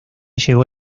llegó